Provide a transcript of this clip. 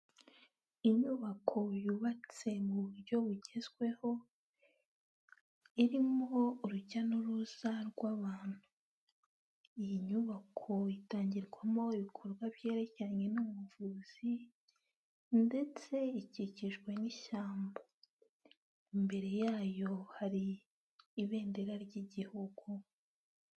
Inyubako yubatse mu buryo bugezweho, irimo urujya n'uruza rw'abantu. Iyi nyubako itangirwamo ibikorwa byerekeranye n'ubuvuzi ndetse ikikijwe n'ishyamba; imbere yayo hari ibendera ry'igihugu.